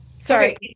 sorry